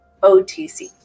OTC